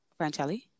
Franchelli